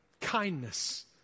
Kindness